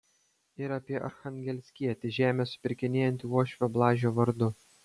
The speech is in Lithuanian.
ir apie archangelskietį žemę supirkinėjantį uošvio blažio vardu